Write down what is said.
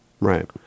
Right